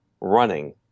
running